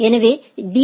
எனவே பி